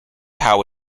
how